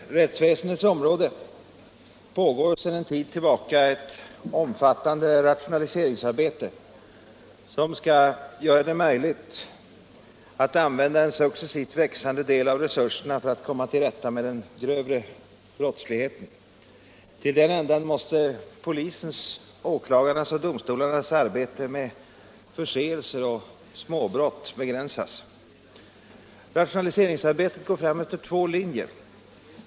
Herr talman! På rättsväsendets område pågår sedan en tid tillbaka ett omfattande rationaliseringsarbete, som skall göra det möjligt att använda en successivt växande del av resurserna för att komma till rätta med den grövre brottsligheten. Till den ändan måste polisens, åklagarnas och domstolarnas arbete med förseelser och småbrott begränsas. Rationaliseringsarbetet går fram efter två linjer.